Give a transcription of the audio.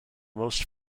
most